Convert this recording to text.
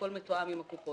הכול מתואם עם הקופות.